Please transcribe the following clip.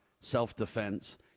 self-defense